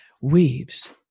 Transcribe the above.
weaves